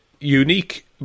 unique